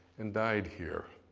and died here,